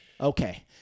okay